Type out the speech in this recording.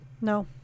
No